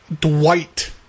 Dwight